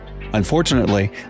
Unfortunately